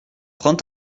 prends